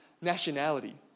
nationality